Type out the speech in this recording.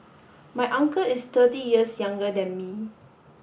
my uncle is thirty years younger than me